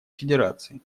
федерации